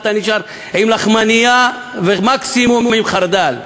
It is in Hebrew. אתה נשאר עם לחמנייה ומקסימום עם חרדל.